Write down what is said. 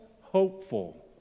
hopeful